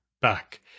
back